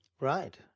Right